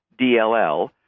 DLL